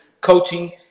coaching